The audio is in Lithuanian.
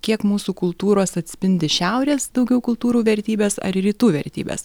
kiek mūsų kultūros atspindi šiaurės daugiau kultūrų vertybes ar rytų vertybes